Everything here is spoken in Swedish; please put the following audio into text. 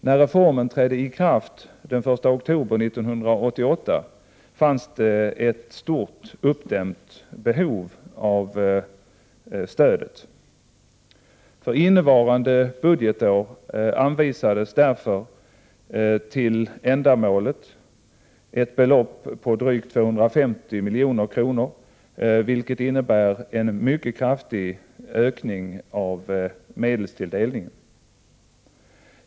När reformen trädde i kraft den 1 oktober 1988 fanns det ett stort uppdämt behov av stödet. För innevarande budgetår anvisades därför till ändamålet ett belopp på drygt 250 milj.kr., vilket innebär en mycket kraftig ökning av medelstilldelningen.